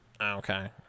okay